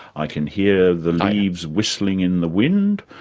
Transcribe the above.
i can hear the leaves whistling in the wind,